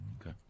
Okay